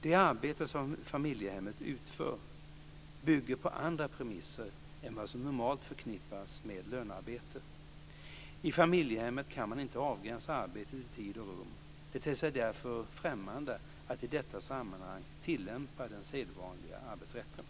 Det arbete som familjehemmet utför bygger på andra premisser än vad som normalt förknippas med lönearbete. I familjehemmet kan man inte avgränsa arbetet i tid och rum. Det ter sig därför främmande att i detta sammanhang tillämpa den sedvanliga arbetsrätten.